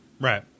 Right